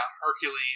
Hercules